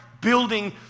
building